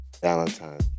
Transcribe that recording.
Valentine